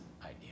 idea